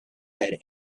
had